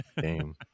game